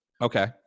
okay